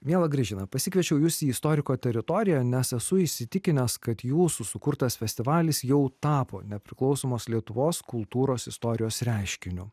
miela gražina pasikviečiau jus į istoriko teritoriją nes esu įsitikinęs kad jūsų sukurtas festivalis jau tapo nepriklausomos lietuvos kultūros istorijos reiškiniu